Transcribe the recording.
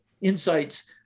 insights